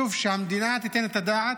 שהמדינה תיתן את הדעת,